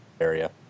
area